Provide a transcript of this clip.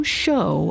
show